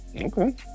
Okay